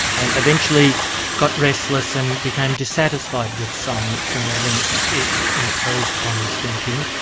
and eventually got restless and became dissatisfied with science and the limits it imposed upon his thinking,